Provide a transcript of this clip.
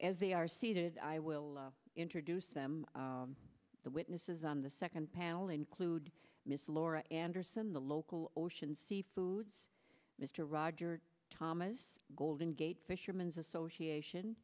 as they are seated i will introduce them the witnesses on the second panel include miss laura anderson the local ocean seafoods mr roger thomas golden gate fishermen's association